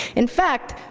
in fact,